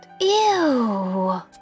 Ew